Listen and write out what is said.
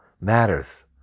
matters